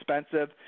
expensive